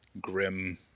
grim